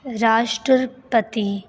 ਰਾਸ਼ਟਰਪਤੀ